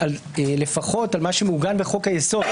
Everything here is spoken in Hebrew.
לפחות על מה שמעוגן בחוק היסוד.